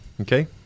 Okay